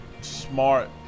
smart